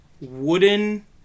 wooden